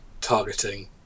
targeting